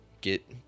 get